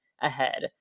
ahead